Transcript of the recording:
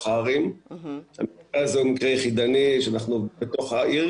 הערים אלא אם יש מקרה יחידני שאנחנו בתוך העיר